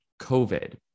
covid